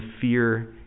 fear